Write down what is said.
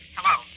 Hello